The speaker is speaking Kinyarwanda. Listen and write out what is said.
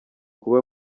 kuba